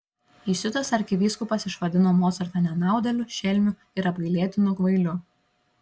įsiutęs arkivyskupas išvadino mocartą nenaudėliu šelmiu ir apgailėtinu kvailiu